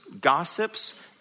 gossips